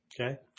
Okay